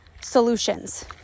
solutions